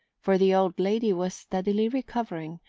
for the old lady was steadily recovering,